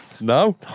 No